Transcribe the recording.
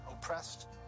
oppressed